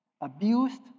abused